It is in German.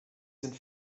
sind